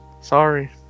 Sorry